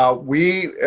ah we,